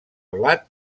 blat